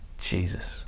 Jesus